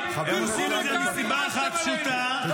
--- זה אלוף משנה ג' שפוגע בצה"ל, שמכתים.